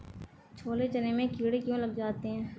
छोले चने में कीड़े क्यो लग जाते हैं?